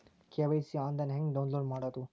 KYC online ಹೆಂಗ್ download ಮಾಡೋದು?